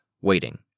waiting